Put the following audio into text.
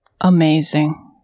Amazing